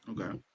okay